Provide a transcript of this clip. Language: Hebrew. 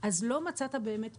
אז לא מצאת באמת פתרון.